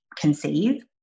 conceive